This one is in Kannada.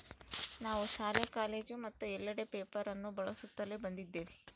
ನಾವು ಶಾಲೆ, ಕಾಲೇಜು ಮತ್ತು ಎಲ್ಲೆಡೆ ಪೇಪರ್ ಅನ್ನು ಬಳಸುತ್ತಲೇ ಬಂದಿದ್ದೇವೆ